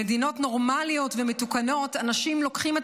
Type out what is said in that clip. במדינות נורמליות ומתוקנות אנשים לוקחים את